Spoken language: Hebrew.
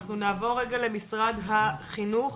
אנחנו נעבור רגע למשרד החינוך.